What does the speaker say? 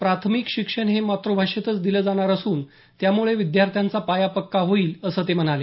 प्राथमिक शिक्षण हे मातृभाषेतच दिलं जाणार असून त्यामुळे विद्यार्थांचा पाया पक्का होईल असं ते म्हणाले